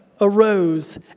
arose